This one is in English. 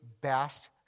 best